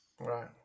right